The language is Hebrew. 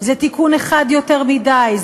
זה תיקון אחד יותר מדי,